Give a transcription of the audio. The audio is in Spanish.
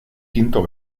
quinto